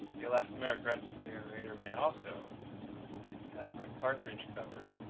the elastomeric respirator may also have a cartridge cover,